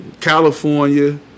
California